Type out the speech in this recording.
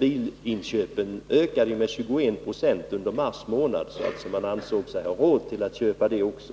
Bilinköpen ökade med 21 26 under mars månad, så man ansåg sig ha råd att köpa bilar också.